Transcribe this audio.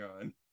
on